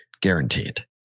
guaranteed